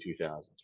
2000s